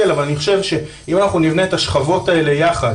אבל אני חושב שאם אנחנו נבנה את השכבות האלה יחד